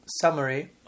summary